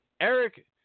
Eric